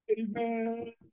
Amen